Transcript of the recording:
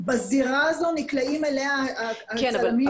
הזירה הזו נקלעים אליה הצלמים --- כן,